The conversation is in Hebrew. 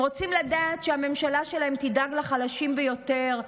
הם רוצים לדעת שהממשלה שלהם תדאג לחלשים ביותר,